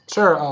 Sure